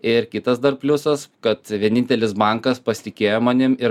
ir kitas dar pliusas kad vienintelis bankas pasitikėjo manim ir